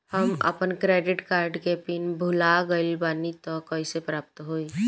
हम आपन credit card के पिन भुला गइल बानी त कइसे प्राप्त होई?